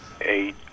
Eight